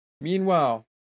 Meanwhile